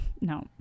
no